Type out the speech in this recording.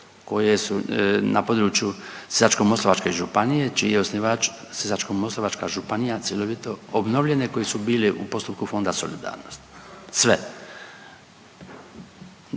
koje su na području Sisačko-moslavačke županije čiji je osnivač Sisačko-moslavačka županija cjelovito obnovljene, koje su bile u postupku Fondu solidarnosti, sve.